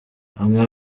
amwe